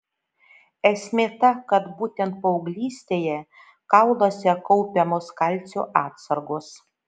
esmė ta kad būtent paauglystėje kauluose kaupiamos kalcio atsargos